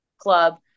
club